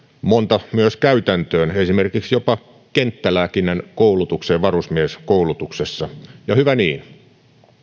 monta myös käytäntöön esimerkiksi jopa kenttälääkinnän koulutukseen varusmieskoulutuksessa ja hyvä niin